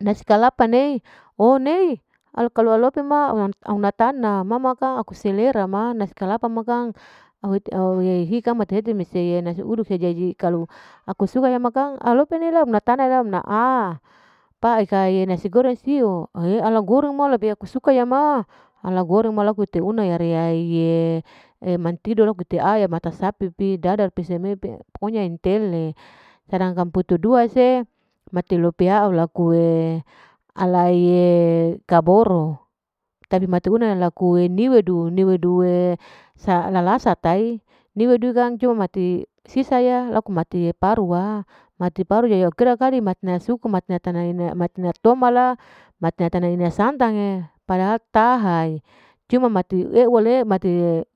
Nasi kalapa nei onei alu kalu alope ma unatana mama kang aku selerama nasi kalapa ma kang, nasi kalapa ma kang au hi mati hete mese nasi udu se kalu aku suka ma kang alope nela una tana. la una'a pae kae nasi goreng siu ala goreng ma. ala goreng aku lebi suka ma. ala goreng ma laku hiter una riae'e matido ulaku iter ayam. iter sapi. iter dadar piseme pokonya intele sedangkan putu dua se mati lope au laku'e laie kaburu tapi mati una laku niwedu. niwedue lalasa tai. niwedu ni kang umati parua. mati parwa kira mati tana tona ya. mati tana ina santang'e padahal tahae cuma mati eua